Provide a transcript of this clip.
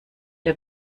der